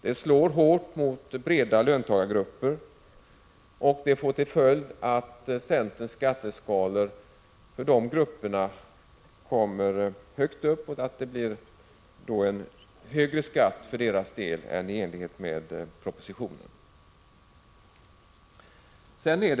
Det slår hårt mot breda löntagargrupper och får till följd att centerns skatteskalor för dessa grupper innebär högre skatt än vad som föreslagits i propositionen.